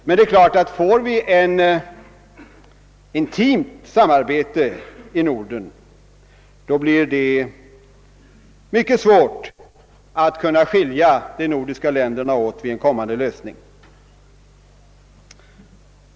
Men det är klart att om vi får till stånd ett intimt samarbete i Norden blir det mycket svårt att kunna skilja de nordiska länderna åt vid en kommande lösning.